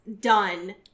done